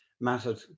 mattered